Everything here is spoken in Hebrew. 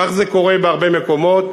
כך זה קורה בהרבה מקומות,